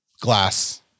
glass